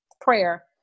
prayer